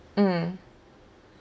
mm